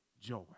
joy